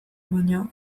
baina